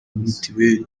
mitiweli